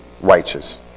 righteous